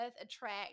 attract